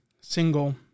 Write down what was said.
single